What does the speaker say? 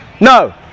No